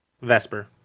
Vesper